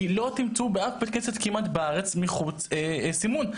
כי לא תמצאו כמעט באף בית כנסת בארץ סימון בחוץ.